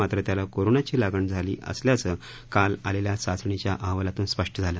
मात्र त्याला कोरोनाची लागण झाली असल्याचं काल आलखिा चाचणीचा अहवालातून स्पष्ट झालं